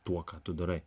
tuo ką tu darai